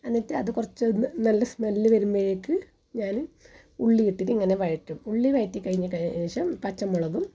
എന്നിട്ട് അത് കുറച്ച് ഒന്ന് നല്ല സ്മെൽ വരുമ്പോഴേക്ക് ഞാൻ ഉള്ളിയിട്ടിട്ട് ഇങ്ങനെ വഴറ്റും ഉള്ളി വഴറ്റി കഴിഞ്ഞ ശേഷം പച്ചമുളകും